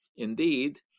Indeed